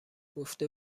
گفته